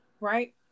right